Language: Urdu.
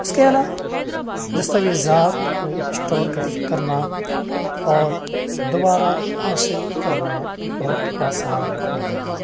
اس کے علاوہ دستاویزات کو اسٹور کر کرنا اور دوبارہ حاصل کرنا بھی بہت آسان ہو گیا